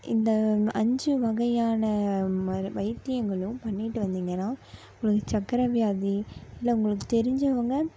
இந்த அஞ்சு வகையான மரு வைத்தியங்களும் பண்ணிட்டு வந்திங்கன்னால் உங்களுக்கு சர்க்கரை வியாதி இல்லை உங்களுக்கு தெரிஞ்சவங்க